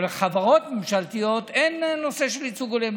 אבל בחברות ממשלתיות אין נושא של ייצוג הולם.